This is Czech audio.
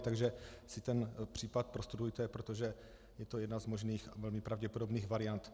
Takže si ten případ prostudujte, protože je to jedna z možných a velmi pravděpodobných variant.